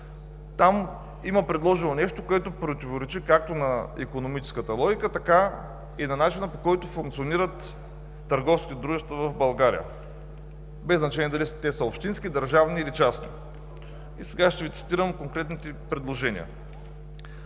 Там има предложено нещо, което противоречи както на икономическата логика, така и на начина, по който функционират търговските дружества в България, без значение дали те са общински, държавни или частни. Ще Ви цитирам конкретните предложения.